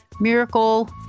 miracle